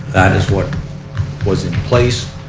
that is what was in place.